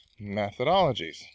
methodologies